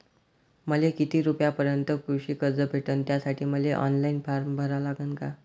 मले किती रूपयापर्यंतचं कृषी कर्ज भेटन, त्यासाठी मले ऑनलाईन फारम भरा लागन का?